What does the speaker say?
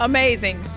Amazing